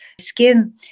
skin